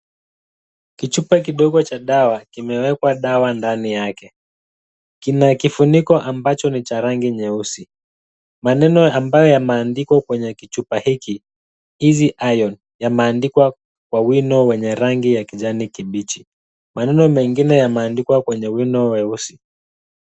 Kichupa kidogo cha dawa kimewekwa dawa ndani yake. Kina kifuniko ambacho ni cha rangi nyeusi. Maneno ambayo yameandikwa kwenye kichupa hiki Easy Iron, yameandikwa kwa wino wenye rangi ya kijani kibichi. Maneno mengine yameandikwa kwenye wino mweusi.